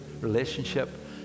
relationship